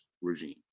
regime